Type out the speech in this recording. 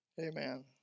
Amen